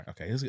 Okay